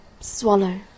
Swallow